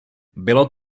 bylo